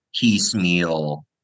piecemeal